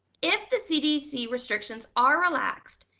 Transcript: if the cdc restrictions are relaxed,